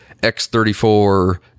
X34